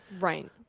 right